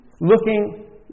looking